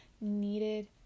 needed